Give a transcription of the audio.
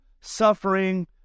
suffering